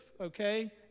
okay